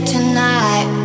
Tonight